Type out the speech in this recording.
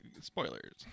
spoilers